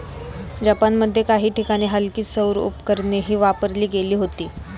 जपानमध्ये काही ठिकाणी हलकी सौर उपकरणेही वापरली गेली होती